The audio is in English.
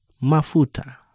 Mafuta